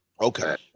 okay